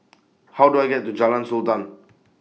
How Do I get to Jalan Sultan